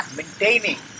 maintaining